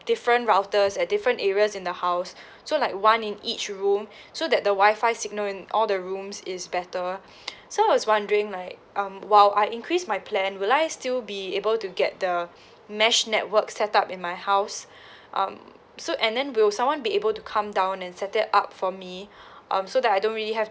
different routers at different areas in the house so like one in each room so that the wifi signal in all the rooms is better so I was wondering like um while I increase my plan will I still be able to get the mesh network set up in my house um so and then will someone be able to come down and set it up for me um so that I don't really have